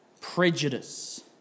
prejudice